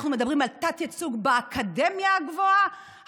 אנחנו מדברים על תת-ייצוג באקדמיה הגבוהה,